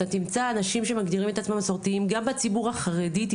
אתה תמצא אנשים שמגדירים את עצמם מסורתיים גם בציבור החרדי,